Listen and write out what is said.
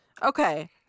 Okay